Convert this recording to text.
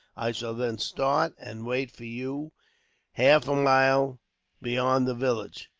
i shall then start, and wait for you half a mile beyond the village.